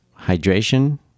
hydration